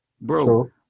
Bro